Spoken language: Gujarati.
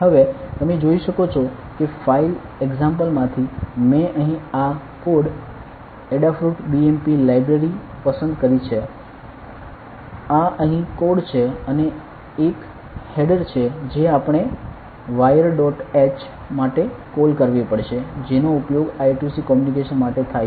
હવે તમે જોઈ શકો છો કે ફાઈલ એક્જામ્પલ માંથી મેં અહીં આ કોડ એડાફ્રુટ BMP લાઇબ્રેરી પસંદ કરી છે આ અહીં કોડ છે અને એક હેડર છે જે આપણે વાયર ડોટ h માટે કોલ કરવી પડશે જેનો ઉપયોગ I2C કોમ્યુનિકેશન માટે થાય છે